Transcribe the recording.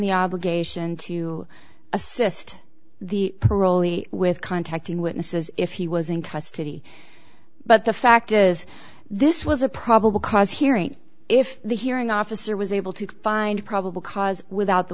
the obligation to assist the parolee with contacting witnesses if he was in custody but the fact is this was a probable cause hearing if the hearing officer was able to find probable cause without the